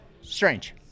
strange